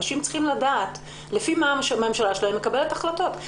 אנשים צריכים לדעת לפי מה הממשלה שלהם מקבלת החלטות.